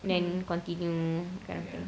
then continue kind of thing